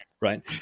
right